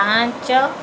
ପାଞ୍ଚ